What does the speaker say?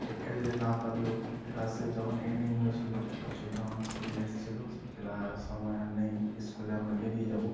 টেক্কা দিতে না পারলেও ক্লাসের যখন এন্ডিং হয়েছিল বছর যখন ফুরিয়ে এসেছিল সো ক্লাস সময় আর নেই স্কুলে আমরা বেরিয়ে যাব